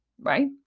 right